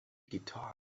guitar